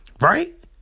right